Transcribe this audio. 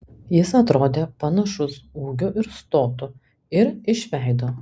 jis atrodė panašus ūgiu ir stotu ir iš veido